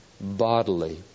bodily